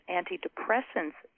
antidepressants